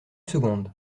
seconde